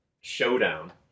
showdown